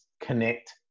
connect